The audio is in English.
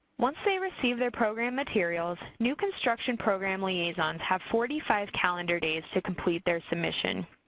once they receive their program materials, new construction program liaisons have forty five calendar days to complete their submission.